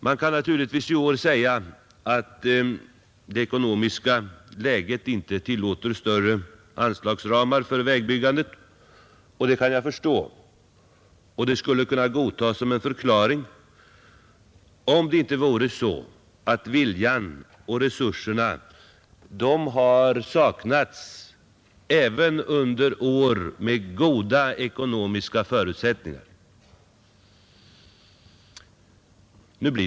Man kan naturligtvis i år säga att det ekonomiska läget inte tillåter större anslagsramar för vägbyggandet — och det kan jag förstå. Det skulle kunna godtas som en förklaring om det inte vore så att viljan och resurserna har saknats även under år med goda ekonomiska förutsättningar.